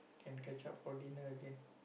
can catch up for dinner again